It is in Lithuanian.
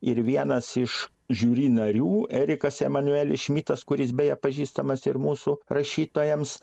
ir vienas iš žiuri narių erikas emanuelis šmitas kuris beje pažįstamas ir mūsų rašytojams